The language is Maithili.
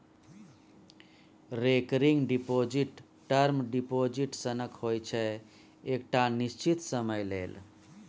रेकरिंग डिपोजिट टर्म डिपोजिट सनक होइ छै एकटा निश्चित समय लेल